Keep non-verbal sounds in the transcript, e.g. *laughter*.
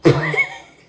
*laughs*